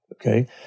okay